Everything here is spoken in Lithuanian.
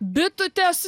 bitute esu